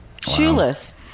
Shoeless